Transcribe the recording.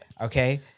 Okay